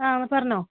ആ പറഞ്ഞുകൊള്ളൂ